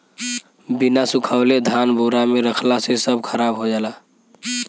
बिना सुखवले धान बोरा में रखला से सब खराब हो जाला